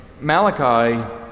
Malachi